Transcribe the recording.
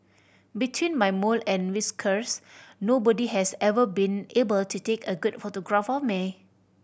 between my mole and whiskers nobody has ever been able to take a good photograph of me